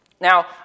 Now